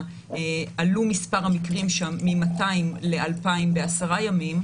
עלו כמה מקרים מ-200 ל-2,000 בעשרה ימים,